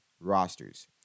rosters